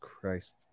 Christ